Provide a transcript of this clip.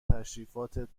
تشریفاتت